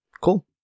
Cool